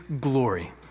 glory